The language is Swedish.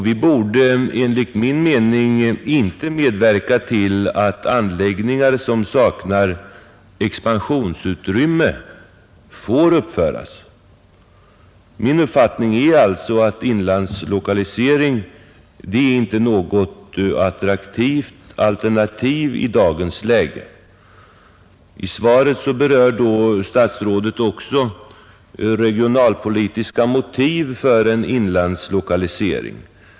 Vi borde enligt min mening inte medverka till att anläggningar som saknar expansionsutrymme får uppföras. Min uppfattning är alltså att inlandslokalisering inte är något attraktivt alternativ i dagens läge. I svaret berör statsrådet också regionalpolitiska motiv för en inlandslokalisering.